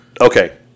Okay